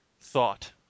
thought